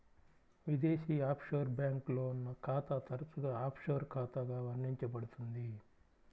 విదేశీ ఆఫ్షోర్ బ్యాంక్లో ఉన్న ఖాతా తరచుగా ఆఫ్షోర్ ఖాతాగా వర్ణించబడుతుంది